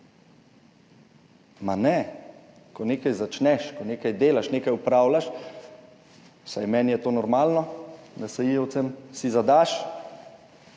Ma ne, ko nekaj začneš, ko nekaj delaš, nekaj opravljaš, vsaj meni je to normalno, NSi-jevcem, si zadaš,